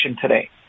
today